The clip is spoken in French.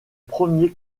premier